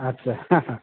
আচ্ছা